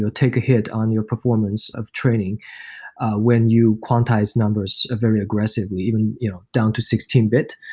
take a hit on your performance of training when you quantize numbers very aggressively even you know down to sixteen bit.